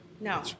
no